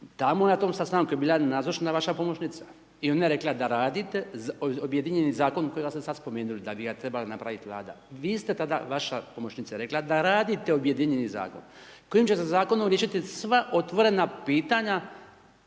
Tamo na tom sastanku je bila nazočna vaša pomoćnica i ona je rekla da radite objedinjeni zakon kojega ste sad spomenuli, da bi ga trebala napraviti Vlada. Vi ste tada, vaša pomoćnica je rekla da radite objedinjeni zakon kojim ćete zakonom riješiti sva otvorena pitanja